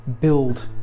build